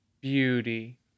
Beauty